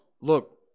look